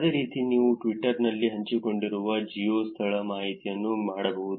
ಅದೇ ರೀತಿ ನೀವು ಟ್ವಿಟರ್ ನಲ್ಲಿ ಹಂಚಿಕೊಂಡಿರುವ ಜಿಯೋ ಸ್ಥಳ ಮಾಹಿತಿಯನ್ನು ಮಾಡಬಹುದು